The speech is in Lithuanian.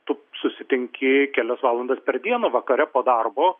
tu susitinki kelias valandas per dieną vakare po darbo